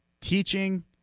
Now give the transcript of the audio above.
teaching